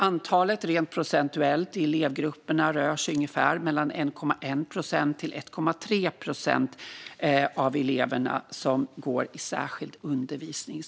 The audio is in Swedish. Andelen rent procentuellt i elevgrupperna som går i särskild undervisningsgrupp rör sig mellan 1,1 procent och 1,3 procent.